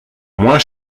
moins